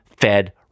Fed